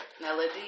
Melody